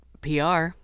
PR